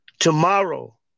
Tomorrow